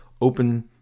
open